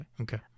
Okay